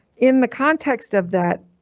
in the context of that,